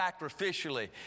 sacrificially